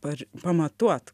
par pamatuot